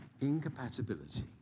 Incompatibility